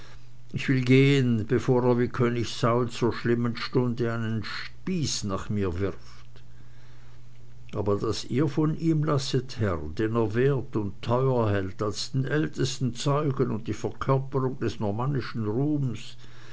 ich will gehen bevor er wie könig saul zur schlimmen stunde einen spieß nach mir wirft aber daß ihr von ihm lasset herr den er wert und teuer hält als den ältesten zeugen und die verkörperung des normännischen ruhms